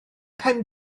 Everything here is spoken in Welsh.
pen